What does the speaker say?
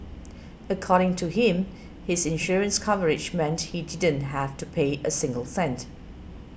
according to him his insurance coverage meant he didn't have to pay a single cent